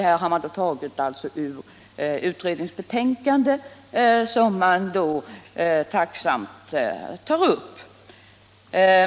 Detta hade man inhämtat från utredningsbetänkanden, och man tog tacksamt upp det.